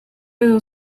edo